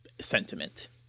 sentiment